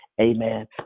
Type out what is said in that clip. Amen